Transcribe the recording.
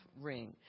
ring